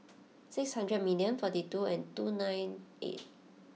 six hundred million forty two and two nine eight